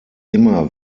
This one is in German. immer